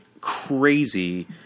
crazy